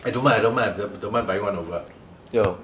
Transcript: I don't mind I don't mind do~ don't mind buying one over